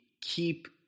keep